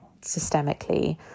systemically